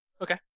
Okay